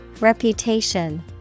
Reputation